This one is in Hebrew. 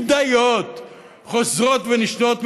בבדיות חוזרות ונשנות,